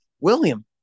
william